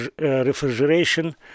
refrigeration